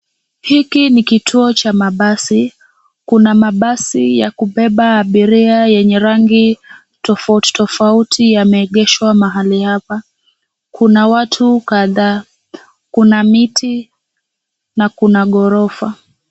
Hiki ni kituo cha mabasi. Kuna mabasi ya kubeba abiria yenye rangi tofautitofauti yameegeshwa mahali hapa. Kuna watu kadhaa, kuna miti na kuna ghorofa.